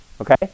okay